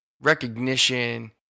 recognition